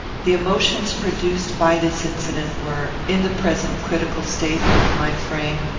the emotions produced by this incident were, in the present critical state of my frame,